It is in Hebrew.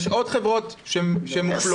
יש עוד חברות שמופלות.